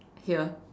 here